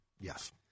Yes